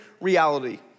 reality